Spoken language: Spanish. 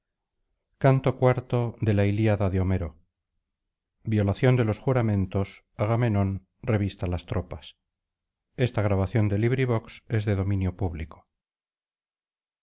iv violación de los juramentos agamenón revista las tropas